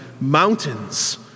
mountains